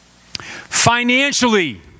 Financially